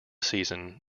season